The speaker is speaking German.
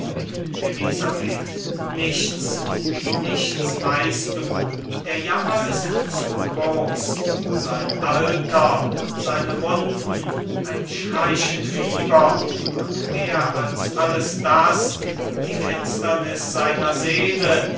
elisabeth nichts nichts weißt du der jammer ist zu groß sein alter seine wunden ein schleichend fieber und mehr als alles das die finsternis seiner seele